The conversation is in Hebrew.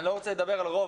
אני לא רוצה לדבר על "רוב",